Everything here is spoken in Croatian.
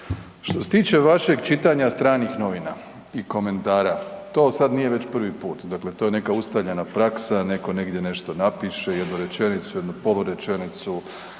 Što se tiče vašeg čitanja stranih novina i komentara, to sad nije već prvi put, dakle to je neka ustaljena praksa, netko negdje nešto napiše, jednu rečenicu, jednu polurečenicu,